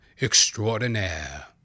extraordinaire